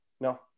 No